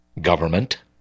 Government